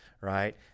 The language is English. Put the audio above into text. Right